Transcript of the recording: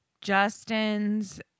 justin's